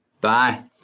Bye